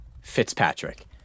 Fitzpatrick